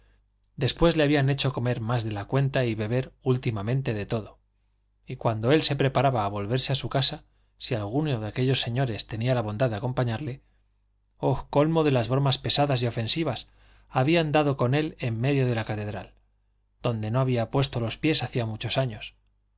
después le habían hecho comer más de la cuenta y beber últimamente de todo y cuando él se preparaba a volverse a su casa si alguno de aquellos señores tenía la bondad de acompañarle oh colmo de las bromas pesadas y ofensivas habían dado con él en medio de la catedral donde no había puesto los pies hacía muchos años